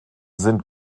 sind